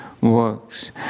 works